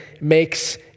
makes